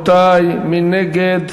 מי נגד?